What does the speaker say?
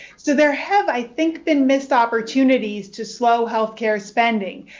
so there have, i think, been missed opportunities to slow health care spending.